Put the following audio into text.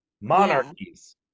monarchies